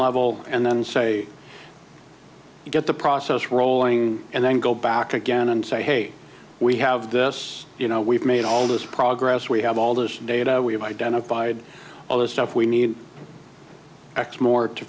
level and then say you get the process rolling and then go back again and say hey we have this you know we've made all this progress we have all this data we have identified all this stuff we need